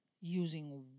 using